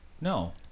No